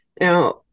Now